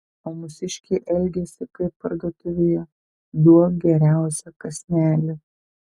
o mūsiškiai elgiasi kaip parduotuvėje duok geriausią kąsnelį